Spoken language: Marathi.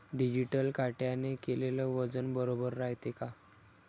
डिजिटल काट्याने केलेल वजन बरोबर रायते का?